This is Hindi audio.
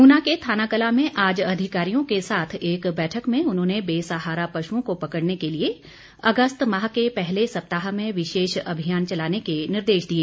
ऊना के थानाकलां में आज अधिकारियों के साथ एक बैठक में उन्होंने बेसहारा पशुओं को पकड़ने के लिए अगस्त माह के पहले सप्ताह में विशेष अभियान चलाने के निर्देश दिए